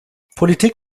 politik